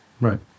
Right